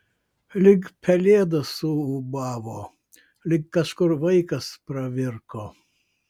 lyg pelėda suūbavo lyg kažkur vaikas pravirko